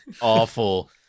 awful